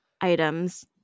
items